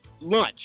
Lunch